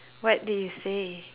what do you say